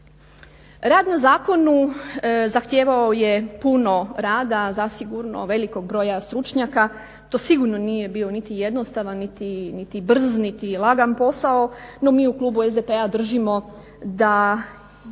Rad na zakonu zahtijevao je puno rada, zasigurno velikog broja stručnjaka. To sigurno nije bio niti jednostavan, niti brz, niti lagan posao. No, mi u klubu SDP-a držimo da